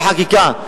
בחקיקה.